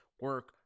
Work